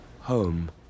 home